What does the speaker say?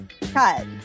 Cut